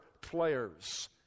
players